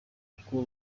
uko